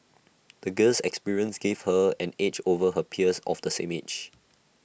the girl's experiences gave her an edge over her peers of the same age